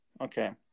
Okay